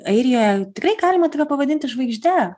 airijoje tikrai galima pavadinti žvaigžde